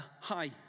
Hi